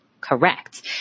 correct